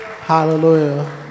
Hallelujah